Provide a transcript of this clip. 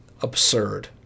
Absurd